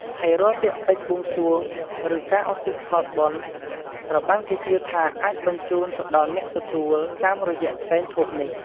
ហើយរាល់ពាក្យពេចន៍បួងសួង ឬការឧទ្ទិសផលបុណ្យ ត្រូវបានគេជឿថាអាច បញ្ជូនទៅដល់អ្នកទទួល តាមរយៈផ្សែងធូបនេះ។